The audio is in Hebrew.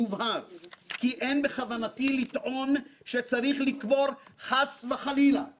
כי אין בכוונתי לטעון שצריך חס וחלילה "לקבור"